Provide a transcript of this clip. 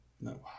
No